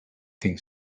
think